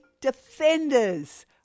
defenders